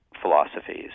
philosophies